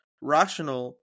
rational